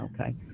okay